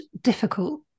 difficult